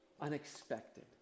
unexpected